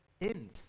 end